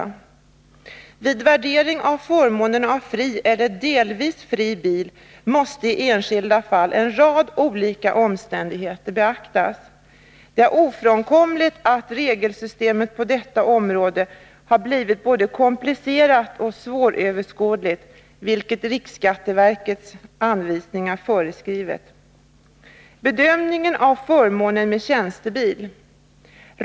7 Vid värdering av förmånen av fri eller delvis fri bil måste i enskilda fall olika omständigheter beaktas. Det är ofrånkomligt att regelsystemet på detta område har blivit både komplicerat och svåröverskådligt, vilket riksskatteverkets föreskrifter i ämnet ger belägg för. Bedömningen av förmånen med tjänstebil kan variera mycket.